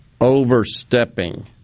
overstepping